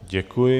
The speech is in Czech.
Děkuji.